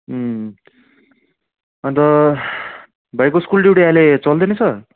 अन्त भाइको school duty अहिले चल्दै नै छ